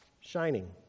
shining